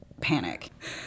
panic